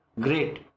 Great